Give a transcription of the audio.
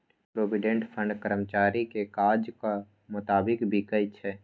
provident fund कर्मचारीक काजक मोताबिक बिकै छै